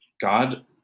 God